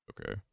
okay